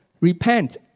repent